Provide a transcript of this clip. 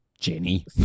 Jenny